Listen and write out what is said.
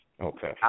Okay